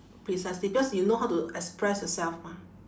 precisely because you know how to express yourself mah